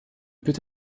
peut